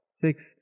Six